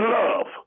love